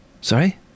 Sorry